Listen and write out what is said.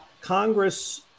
Congress